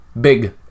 big